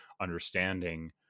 understanding